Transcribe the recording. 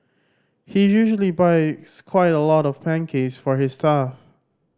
he usually buys quite a lot of pancakes for his staff